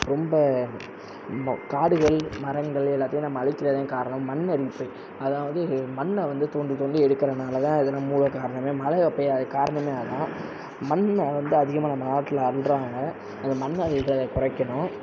ரொம்ப காடுகள் மரங்கள் எல்லாத்தையும் நம்ம அழிக்கிறதுதான் காரணம் மண் அரிப்பு அதாவது மண்ணை வந்து தோண்டி தோண்டி எடுக்கிறதுனாலதான் இது மூல காரணமே மழை பெய்யாதது காரணமே அதான் மண்ணை வந்து அதிகமாக நம்ம ஆற்றுல அள்ளுறாங்க அந்த மண் அள்ளுறத குறைக்கணும்